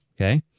okay